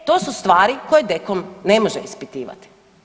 E to su stvari koje DKOM ne može ispitivati.